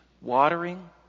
watering